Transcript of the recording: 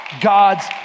God's